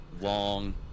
long